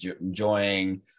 enjoying